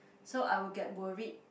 so I will get worried